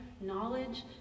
knowledge